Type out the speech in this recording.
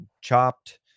chopped